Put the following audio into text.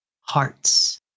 hearts